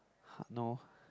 no